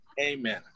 Amen